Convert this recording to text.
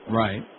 right